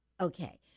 Okay